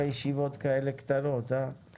הישיבה ננעלה בשעה 08:45.